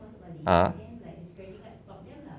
uh